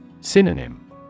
Synonym